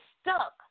stuck